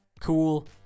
cool